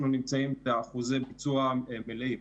אנחנו נמצאים באחוזי ביצוע מלאים,